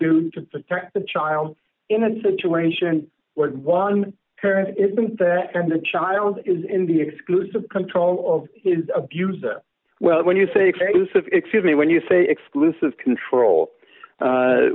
do to protect the child in a situation where one parent isn't that kind of child is in the exclusive control of his abuser well when you say cases excuse me when you say exclusive control